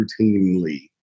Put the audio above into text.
routinely